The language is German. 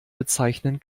bezeichnen